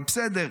אבל בסדר.